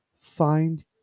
find